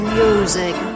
music